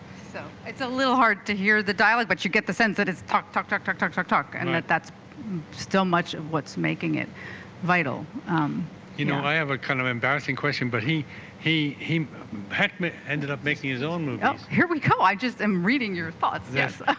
so it's a little hard to hear the dialogue but you get the sense that is talk talk talk talk talk talk talk and but that's still much of what's making it vital you know i have a kind of embarrassing question but he he he had me ended up making his own move oh here we go i just am reading your thoughts yes